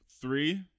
Three